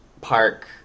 park